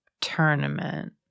tournament